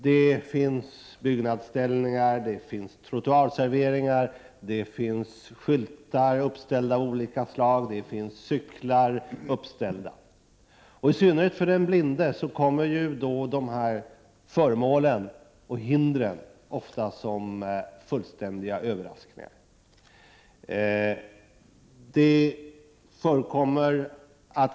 Där finns byggnadsställningar, trottoarserveringar, skyltar av olika slag, cyklar uppställda osv. I synnerhet för den blinde kommer dessa föremål och hinder ofta som fullständiga överraskningar.